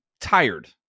tired